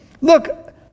look